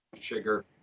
sugar